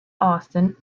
austen